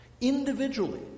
Individually